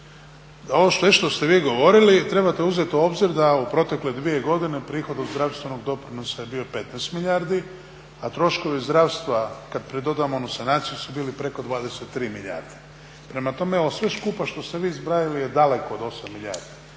Ovo sve što ste vi govorili trebate uzeti u obzir da u protekle dvije godine prihod od zdravstvenog doprinosa je bio 15 milijardi, a troškovi zdravstva kad pridodamo onu sanaciju su bili 23 milijarde. Prema tome, ovo sve skupa što ste vi zbrajali je daleko od 8 milijardi